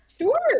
Sure